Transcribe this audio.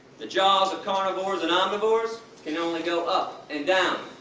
the jaws of carnivores and omnivores can only go up and down,